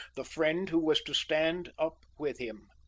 the friend who was to stand up with him.